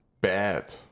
bad